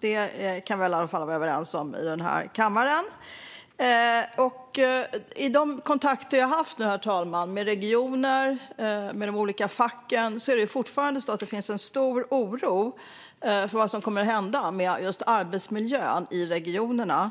Det kan vi i alla fall vara överens om i denna kammare. Herr talman! Jag har nu haft kontakter med regioner och med de olika facken. Det finns fortfarande en stor oro för vad som kommer att hända med just arbetsmiljön i regionerna.